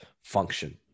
function